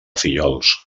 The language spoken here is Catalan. fillols